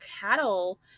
cattle